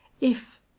If—